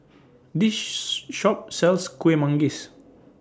This Shop sells Kuih Manggis